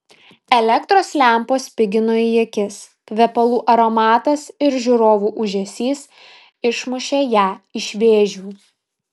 elektros lempos spigino į akis kvepalų aromatas ir žiūrovų ūžesys išmušė ją iš vėžių